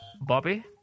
Bobby